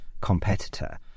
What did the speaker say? competitor